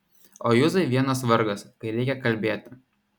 o juzai vienas vargas kai reikia kalbėti